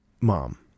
mom